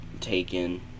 taken